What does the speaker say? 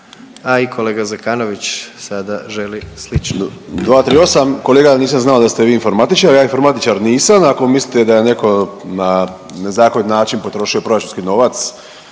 a i kolega Zekanović sada želi slično.